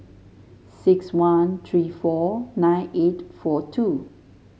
six one three four nine eight four two